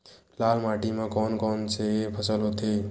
लाल माटी म कोन कौन से फसल होथे?